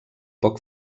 poc